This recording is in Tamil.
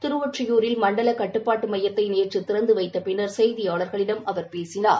திருவொற்றியூரில் மண்டல கட்டுப்பாட்டு மையத்தை நேற்ற திறந்து வைத்த பின்னர் செய்தியாளர்களிடம் அவர் பேசினார்